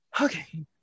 Okay